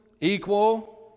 equal